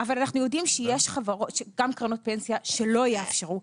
אבל אנחנו יודעים שיש גם קרנות פנסיה שלא יאפשרו.